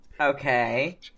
Okay